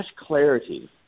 clarity